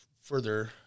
further